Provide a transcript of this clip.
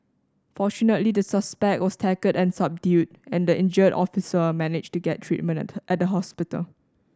fortunately the suspect was tackled and subdued and the injured officer managed to get treatment at the hospital